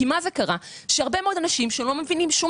מה קרה שהרבה מאוד אנשים שלא מבינים שום